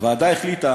הוועדה החליטה